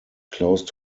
closed